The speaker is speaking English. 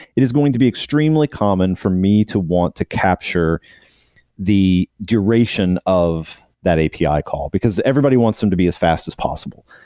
it is going to be extremely common for me to want to capture the duration of that api call, because everybody wants them to be as fast as possible.